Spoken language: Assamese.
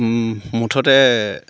মুঠতে